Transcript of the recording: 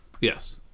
Yes